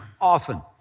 often